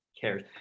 cares